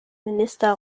minister